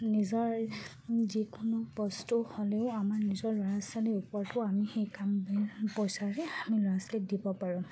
নিজৰ যিকোনো বস্তু হ'লেও আমাৰ নিজৰ ল'ৰা ছোৱালীৰ ওপৰতো আমি সেই কাম পইচাৰে আমি ল'ৰা ছোৱালীক দিব পাৰোঁ